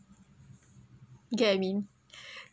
get what I mean